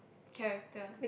character